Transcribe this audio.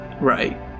Right